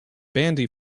bandy